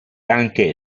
anche